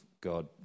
God